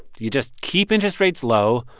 you just keep interest rates low,